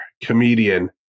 comedian